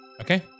Okay